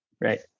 right